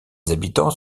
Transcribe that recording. habitants